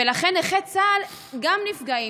ולכן, נכי צה"ל גם נפגעים.